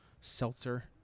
Seltzer